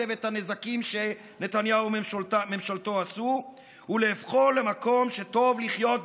ואת הנזקים ונתניהו וממשלתו עשו ולהופכו למקום שטוב לחיות בו.